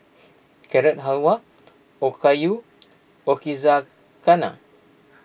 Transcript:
Carrot Halwa Okayu Yakizakana